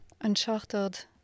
uncharted